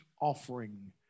offering